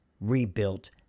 rebuilt